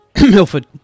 Milford